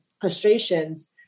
frustrations